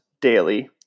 daily